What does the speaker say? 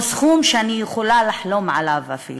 או סכום שאני יכולה לחלום עליו אפילו.